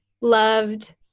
loved